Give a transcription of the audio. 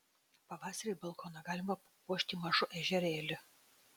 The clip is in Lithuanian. pavasarį balkoną galima papuošti mažu ežerėliu